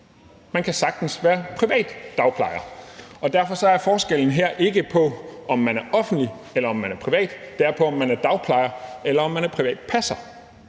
Man kan sagtens være privat dagplejer. Derfor går forskellen ikke på, om man er offentlig eller privat, men om man er privat dagplejer eller privat passer,